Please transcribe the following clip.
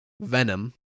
Venom